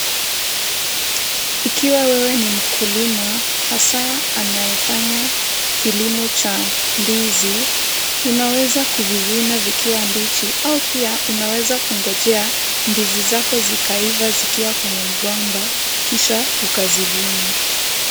Ikiwa wewe ni mkulima hasa anayefanya kilimo cha ndizi, unaweza kuvivuna vikiwa mbichi au pia unaweza kungojea ndizi zako zikaiva zikiwa kwenye mgomba kisha ukazivuna.